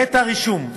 מעת הרישום,